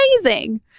amazing